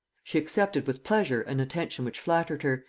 she accepted with pleasure an attention which flattered her,